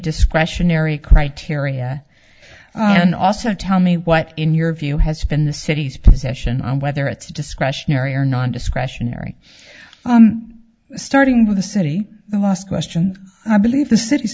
discretionary criteria and also tell me what in your view has been the city's position on whether it's discretionary or non discretionary starting with the city the last question i believe the city